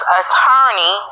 attorney